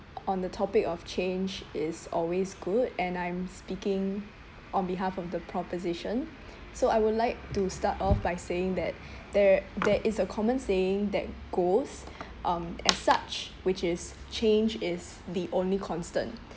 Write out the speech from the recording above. on the topic of change is always good and I'm speaking on behalf of the proposition so I would like to start off by saying that there there is a common saying that goes um as such which is change is the only constant